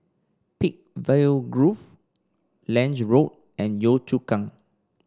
Peakville Grove Lange Road and Yio Chu Kang